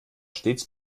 stets